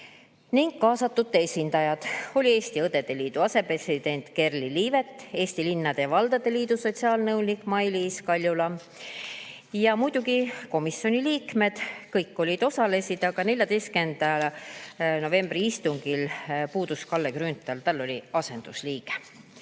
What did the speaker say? ning kaasatute esindajad, olid Eesti Õdede Liidu asepresident Gerli Liivet, Eesti Linnade ja Valdade Liidu sotsiaalnõunik Mailiis Kaljula, ning muidugi komisjoni liikmed kõik osalesid, ainult 14. novembri istungil puudus Kalle Grünthal, tal oli siis asendusliige.